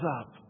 up